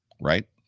right